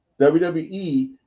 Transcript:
WWE